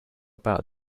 about